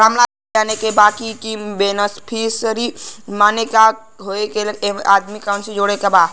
रामलाल के जाने के बा की बेनिफिसरी के माने का का होए ला एमे आदमी कैसे जोड़े के बा?